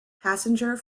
passenger